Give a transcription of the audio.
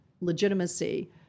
legitimacy